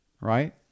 right